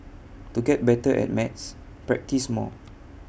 to get better at maths practise more